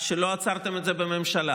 שלא עצרת את זה בממשלה.